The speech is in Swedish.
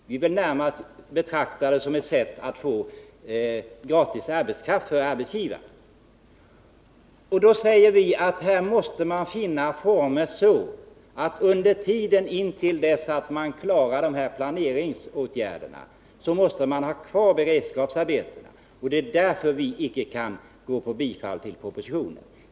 Vi vill närmast betrakta dem som ett sätt för arbetsgivarna att få gratis arbetskraft. Vi anser att intill dess att man klarat av planeringsåtgärderna måste beredskapsarbete finnas kvar. Det är därför vi icke kan ansluta oss till ett bifall av propositionen.